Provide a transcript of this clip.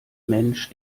mensch